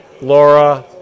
Laura